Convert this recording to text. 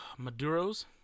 Maduros